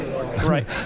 Right